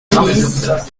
bise